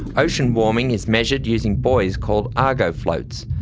ocean warming is measured using buoys called argo floats,